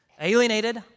Alienated